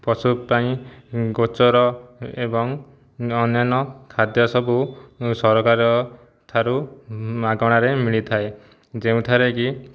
ପଶୁପାଇଁ ଗୋଚର ଏବଂ ଅନ୍ୟାନ୍ୟ ଖାଦ୍ୟ ସବୁ ସରକାର ଠାରୁ ମାଗଣାରେ ମିଳିଥାଏ ଯେଉଁଠାରେ କି